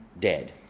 dead